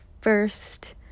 first